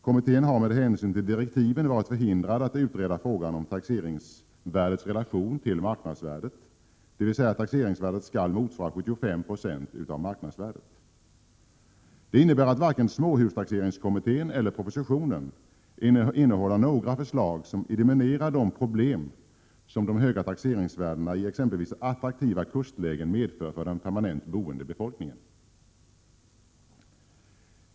Kommittén har med hänsyn till direktiven varit förhindrad att utreda frågan om taxeringsvärdets relation till marknadsvärdet, dvs. att taxeringsvärdet skall motsvara 75 970 av marknadsvärdet. Det innebär att varken småhustaxeringskommittén eller propositionen innehåller några förslag, som eliminerar de problem som de höga taxeringsvärdena i exempelvis attraktiva kustlägen medför för den permanent boende befolkningen.